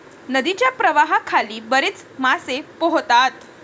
नदीच्या प्रवाहाखाली बरेच मासे पोहतात